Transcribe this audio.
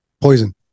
poison